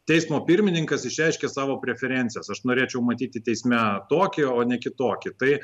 teismo pirmininkas išreiškia savo preferencijas aš norėčiau matyti teisme tokį o ne kitokį tai